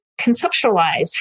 conceptualize